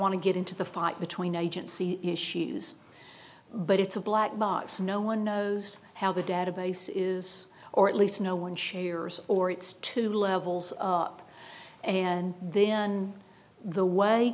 want to get into the fight between agency issues but it's a black box no one knows how the database is or at least no one shares or it's two levels up and then the way